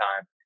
time